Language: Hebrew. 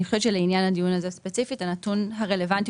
לעניין הדיון הזה ספציפית הנתון הרלוונטי